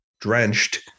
Drenched